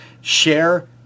share